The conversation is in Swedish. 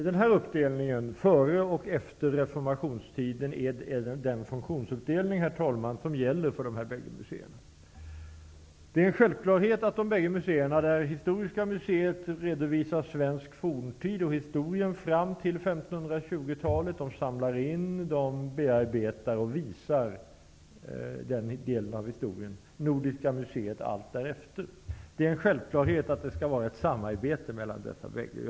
Den här funktionsuppdelningen före och efter reformationstiden är, herr talman, den uppdelning som gäller för dessa bägge museer. Historiska museet redovisar svensk forntid och historien fram till 1520-talet -- man samlar in, bearbetar och visar den delen av historien -- och Nordiska museet redovisar allt därefter. Det är självklart att det skall vara ett samarbete mellan dessa bägge museer.